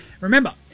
Remember